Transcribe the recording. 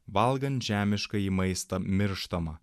valgant žemiškąjį maistą mirštama